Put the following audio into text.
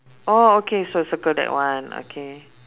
oh okay so circle that one okay